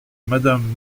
madame